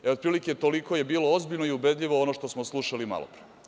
E, otprilike toliko je bilo ozbiljno i ubedljivo ono što smo slušali malopre.